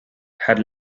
had